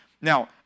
Now